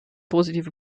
positive